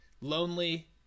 Lonely